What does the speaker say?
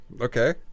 Okay